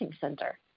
center